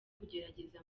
kugerageza